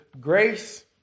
grace